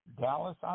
Dallas